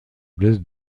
blesse